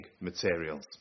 materials